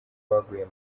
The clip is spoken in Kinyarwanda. baguye